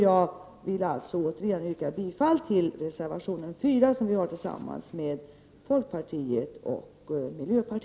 Jag vill alltså återigen yrka bifall till reservationen 4, som vi har tillsammans med folkpartiet och miljöpartiet.